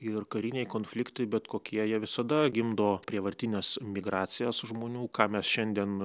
ir kariniai konfliktai bet kokie jie visada gimdo prievartines migracijas žmonių ką mes šiandien